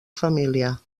família